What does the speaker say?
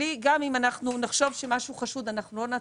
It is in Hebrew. גם אם נחשוב שמשהו חשוד לא נעצור.